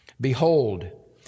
Behold